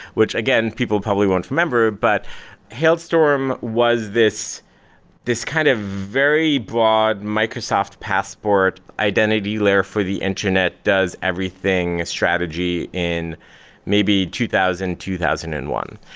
which again people probably won't remember, but hailstorm was this this kind of very broad microsoft passport identity layer for the internet does everything strategy in maybe two thousand two thousand and one.